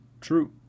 True